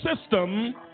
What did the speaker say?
system